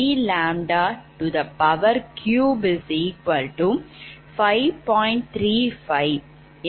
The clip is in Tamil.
35